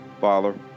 Father